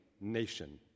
nation